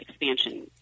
expansion